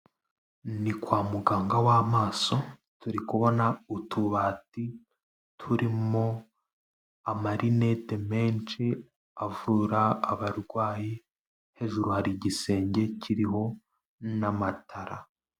Ni kwa muganga w'amaso, turi kubona utubati turimo amarinete menshi avura abarwayi, hejuru hari igisenge kiriho n'amatara.